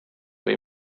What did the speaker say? või